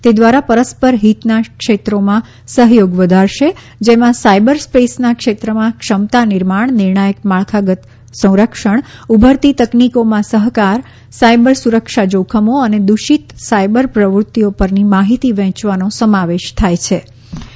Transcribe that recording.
તે દ્વારા પરસ્પર હિતના ક્ષેત્રોમાં સહયોગ વધારશે જેમાં સાયબર સ્પેસના ક્ષેત્રમાં ક્ષમતા નિર્માણ નિર્ણાયક માળખાગત સંરક્ષણ ઉભરતી તકનીકોમાં સહકાર સાયબર સુરક્ષા જોખમો અને દૂષિત સાયબર પ્રવૃત્તિઓ પરની માહિતી વહેંચવાનો ઇન્ફર્મેશન કમ્યુનિકેશન સમાવેશ થાય છે